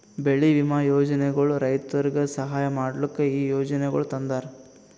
ಬೆಳಿ ವಿಮಾ ಯೋಜನೆಗೊಳ್ ರೈತುರಿಗ್ ಸಹಾಯ ಮಾಡ್ಲುಕ್ ಈ ಯೋಜನೆಗೊಳ್ ತಂದಾರ್